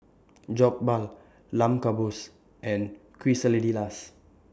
Jokbal Lamb Kebabs and Quesadillas